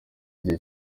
igihe